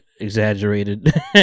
exaggerated